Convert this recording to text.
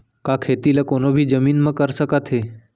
का खेती ला कोनो भी जमीन म कर सकथे?